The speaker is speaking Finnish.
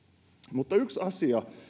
mutta yksi asia